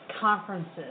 conferences